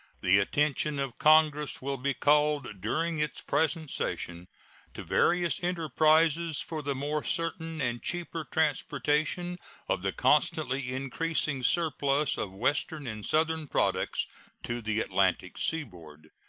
the attention of congress will be called during its present session to various enterprises for the more certain and cheaper transportation of the constantly increasing surplus of western and southern products to the atlantic seaboard.